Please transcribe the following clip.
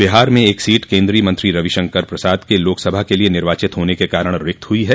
बिहार में एक सीट केंद्रीय मंत्री रवि शंकर प्रसाद के लोकसभा के लिए निर्वाचित होने के कारण रिक्त हुई है